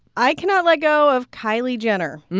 i cannot let go of kylie jenner